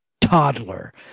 toddler